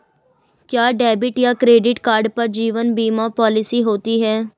क्या डेबिट या credit card पर जीवन बीमा पॉलिसी होती है?